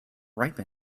ripe